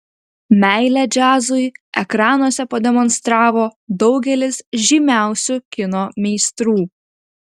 meilę džiazui ekranuose pademonstravo daugelis žymiausių kino meistrų